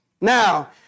Now